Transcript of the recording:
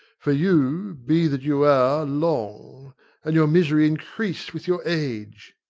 for you, be that you are, long and your misery increase with your age!